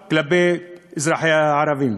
הקיפוח כלפי אזרחיהן הערבים.